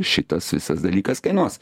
šitas visas dalykas kainuos